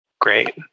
Great